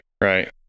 Right